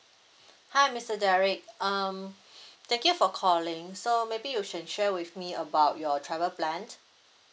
hi mister derrick um thank you for calling so maybe you can share with me about your travel plans